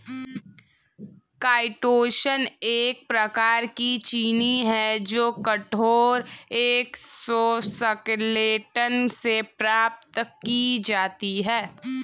chitosan एक प्रकार की चीनी है जो कठोर एक्सोस्केलेटन से प्राप्त की जाती है